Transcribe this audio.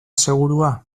segurua